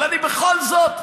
אבל אני בכל זאת שואל,